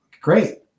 great